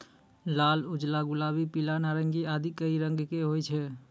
लाल, उजला, गुलाबी, पीला, नारंगी आदि कई रंग के होय छै